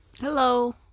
Hello